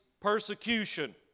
persecution